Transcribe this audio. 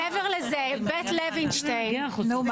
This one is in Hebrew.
מעבר לזה בית לווינשטיין -- יש כאן